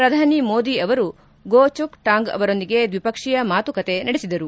ಪ್ರಧಾನಿ ಮೋದಿ ಅವರು Goh Chok Tong ಅವರೊಂದಿಗೆ ದ್ವಿಪಕ್ಷೀಯ ಮಾತುಕತೆ ನಡೆಸಿದರು